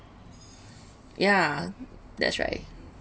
yeah that's right